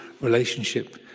relationship